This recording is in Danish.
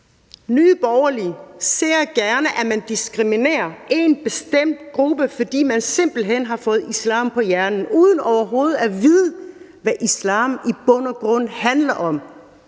Nye Borgerlige ser gerne, at man diskriminerer en bestemt gruppe, fordi man simpelt hen har fået islam på hjernen, uden overhovedet at vide, hvad islam i bund og grund handler om.